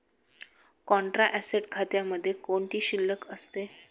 Contra asset खात्यामध्ये कोणती शिल्लक असते?